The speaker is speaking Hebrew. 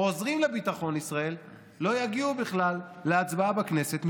עוזרים לביטחון ישראל לא יגיעו בכלל להצבעה בכנסת,